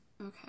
Okay